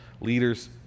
leaders